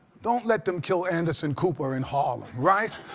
don't let them kill anderson cooper in harlem right?